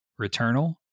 Returnal